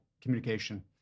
communication